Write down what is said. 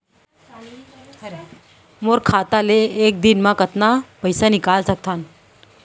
मोर खाता ले एक दिन म कतका पइसा ल निकल सकथन?